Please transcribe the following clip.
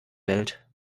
welt